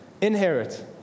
inherit